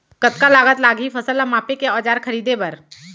कतका लागत लागही फसल ला मापे के औज़ार खरीदे बर?